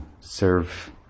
serve